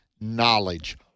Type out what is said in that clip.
knowledge